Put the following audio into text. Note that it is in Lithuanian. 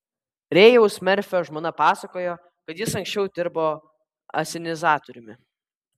rėjaus merfio žmona pasakojo kad jis anksčiau dirbo asenizatoriumi